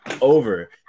over